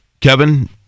Kevin